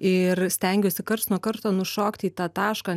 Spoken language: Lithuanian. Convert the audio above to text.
ir stengiuosi karts nuo karto nušokti į tą tašką